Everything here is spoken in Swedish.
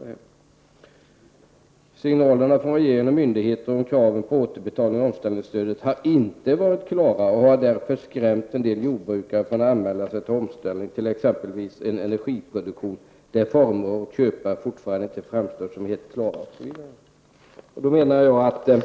Där står att signalerna från regeringen och myndigheter och krav på återbetalning av omställningsstödet har inte varit klarare och har därför skrämt en del jordbrukare från att anmäla sig till omställningen, t.ex. vid en energiproduktion där former och köpare fortfarande inte framstår som helt klara osv. Jag menar att även